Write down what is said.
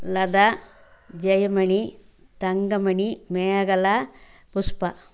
Latha Jayamani Thangamani Mekala Pushpa